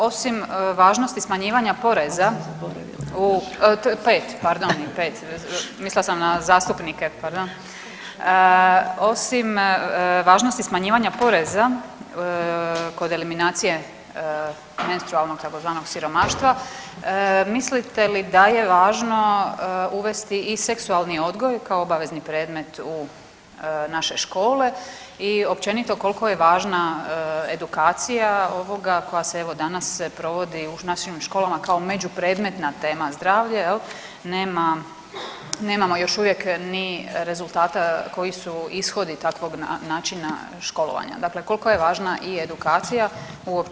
Osim važnosti smanjivanja poreza, u 5 pardon i u 5, mislila sam na zastupnike, pardon, osim važnosti smanjivanja poreza kod eliminacije menstrualnog tzv. siromaštva mislite li da je važno uvesti i seksualni odgoj kao obavezni predmet u naše škole i općenito koliko je važna edukacija ovoga koja se evo danas se provodi u nacionalnim školama kao međupredmetna tema zdravlje jel, nema, nemamo još uvijek ni rezultate koji su ishodi takvog načina školovanja, dakle koliko je važna i edukacija uopće o ovoj temi?